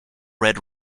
red